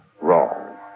wrong